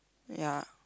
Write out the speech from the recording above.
ya